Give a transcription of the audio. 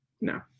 No